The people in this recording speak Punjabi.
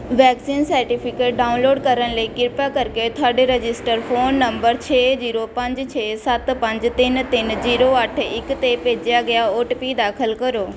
ਵੈਕਸੀਨ ਸਰਟੀਫਿਕੇਟ ਡਾਊਨਲੋਡ ਕਰਨ ਲਈ ਕਿਰਪਾ ਕਰਕੇ ਥੁਹਾਡੇ ਰਜਿਸਟਰਡ ਫ਼ੋਨ ਨੰਬਰ ਛੇ ਜੀਰੋ ਪੰਜ ਛੇ ਸੱਤ ਪੰਜ ਤਿੰਨ ਤਿੰਨ ਜੀਰੋ ਅੱਠ ਇੱਕ 'ਤੇ ਭੇਜਿਆ ਗਿਆ ਓ ਟੀ ਪੀ ਦਾਖਲ ਕਰੋ